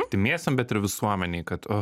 artimiesiem bet ir visuomenei kad